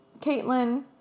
Caitlin